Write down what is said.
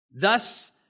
thus